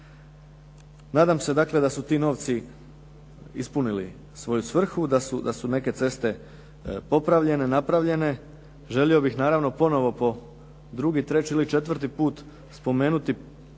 dakle da su ti novci ispunili svoju svrhu, da su neke ceste popravljene, napravljene. Želio bih naravno ponovo po drugi, treći ili četvrti put spomenuti